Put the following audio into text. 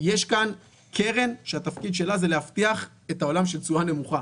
יש כאן קרן שהתפקיד שלה זה להבטיח את העולם של תשואה נמוכה.